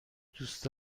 دوست